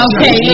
Okay